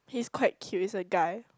he's quite cute is a guy